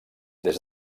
des